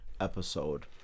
episode